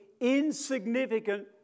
insignificant